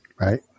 Right